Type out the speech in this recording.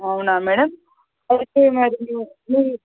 అవునా మేడం అయితే మరి మీ మీ